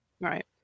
Right